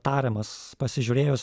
tariamas pasižiūrėjus